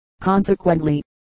consequently